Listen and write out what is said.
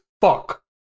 fuck